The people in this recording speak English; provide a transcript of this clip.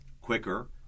quicker